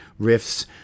riffs